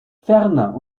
ferner